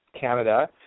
Canada